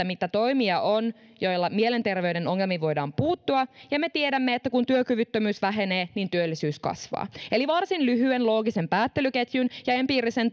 mitä toimia on joilla mielenterveyden ongelmiin voidaan puuttua ja me tiedämme että kun työkyvyttömyys vähenee niin työllisyys kasvaa eli varsin lyhyen loogisen päättelyketjun ja empiirisen